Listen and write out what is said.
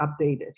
updated